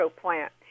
plant